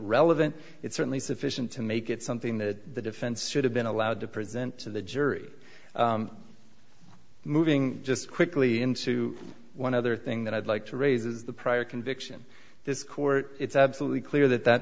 relevant it's certainly sufficient to make it something that the defense should have been allowed to present to the jury moving just quickly into one other thing that i'd like to raises the prior conviction this court it's absolutely clear that that